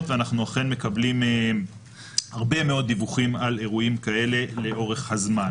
ואנחנו אכן מקבלים הרבה מאוד דיווחים על אירועים כאלה לאורך הזמן.